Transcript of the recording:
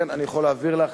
אני יכול להעביר לך.